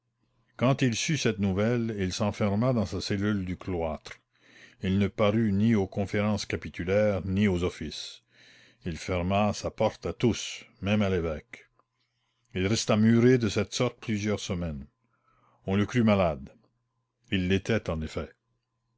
quand il sut cette nouvelle il s'enferma dans sa cellule du cloître il ne parut ni aux conférences capitulaires ni aux offices il ferma sa porte à tous même à l'évêque il resta muré de cette sorte plusieurs semaines on le crut malade il l'était en effet